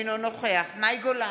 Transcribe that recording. אינו נוכח מאי גולן,